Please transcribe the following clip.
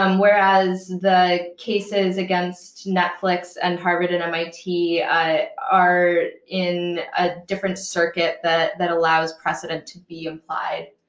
um whereas the cases against netflix and harvard and mit are in a different circuit that that allows precedent to be applied.